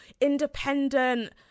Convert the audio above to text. independent